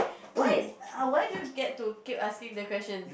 what why do you get to keep asking that question